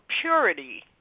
purity